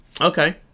Okay